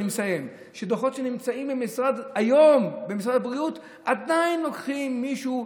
אני מסיים שדוחות שנמצאים במשרד הבריאות היום עדיין לוקחים מישהו,